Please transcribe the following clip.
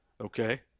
Okay